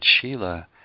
Sheila